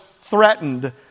threatened